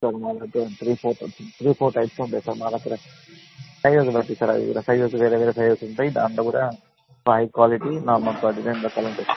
మా దగ్గర three four types three four types ఉంటాయి సార్ మా దగ్గర సైజెస్ బట్టి సార్ సైజెస్ వేరే వేరే సైజెస్ ఉంటాయి దానిలో కూడా హై క్వాలిటీ నార్మల్ క్వాలిటీ రెండు రకాలు ఉంటాయి సార్